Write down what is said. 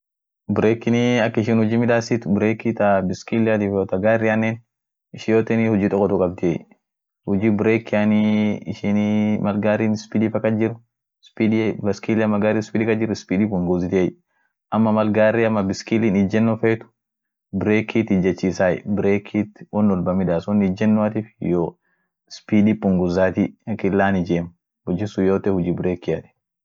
Kengele biskiilian sun, kengele biskiilian sun ak ishin huji midaasit, huji ishian mal atfa ana bare inama birian ama koonafa ishin ak hoonia huji midaasit. wofa won sidur hijeemt dandeete hingoongitu malsun. ama dandaani atinen siihingoongenu atinen gaarifa won akasisun fa, ajali sun doorgaati huji akasisun midaasit kengelen sun. kengele biskiilian,